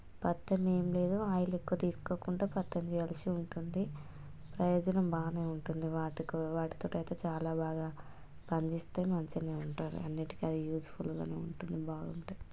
పత్యం ఏం లేదు ఆయిల్ ఎక్కువ తీసుకోకుండా పత్యం చేయాల్సి ఉంటుంది ప్రయోజనం బాగానే ఉంటుంది వాటికో వాటితోటైతే చాలా బాగా పనిచేస్తాయి మంచిగానే ఉంటుంది అన్నిటికీ అది యూస్ఫుల్ గానే ఉంటుంది బాగుంటుంది